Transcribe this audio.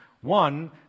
One